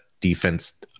defense